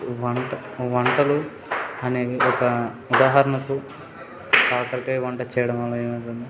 వంట వంటలు అనేవి ఒక ఉదాహరణకు కాకరకాయ వంట చేయడం వల్ల ఏమవుతుంది